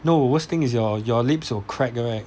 no worst thing is your your lips will crack right